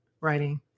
writing